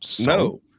no